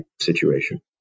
situation